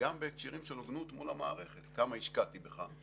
וגם בהקשרים של הוגנות מול במערכת כמה השקעתי בך.